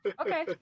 okay